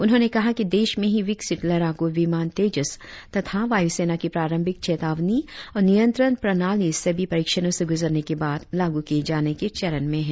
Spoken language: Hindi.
उन्होंने कहा कि देश में ही विकसित लड़ाकू विमान तेजस तथा वायुसेना की प्रारंभिक चेतावनी और नियंत्रण प्रणाली सभी परीक्षणों से गुजरने के बाद लागू किए जाने के चरण में है